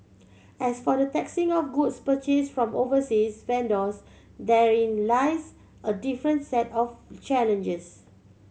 as for the taxing of goods purchase from overseas vendors therein lies a different set of challenges